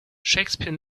shakespeare